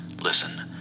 listen